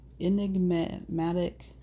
enigmatic